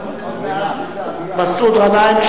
מסעוד גנאים,